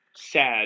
sad